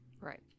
Right